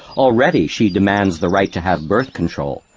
already she demands the right to have birth control,